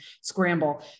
scramble